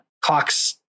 Clocks